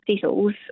settles